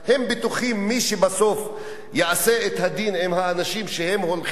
הם בטוחים מי בסוף יעשה את הדין עם האנשים שהם הולכים